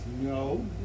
No